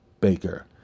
Baker